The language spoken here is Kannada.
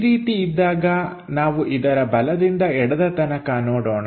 ಈ ರೀತಿ ಇದ್ದಾಗ ನಾವು ಇದರ ಬಲದಿಂದ ಎಡದತನಕ ನೋಡೋಣ